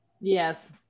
Yes